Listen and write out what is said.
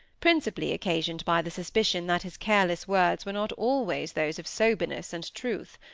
principally occasioned by the suspicion that his careless words were not always those of soberness and truth.